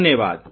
धन्यवाद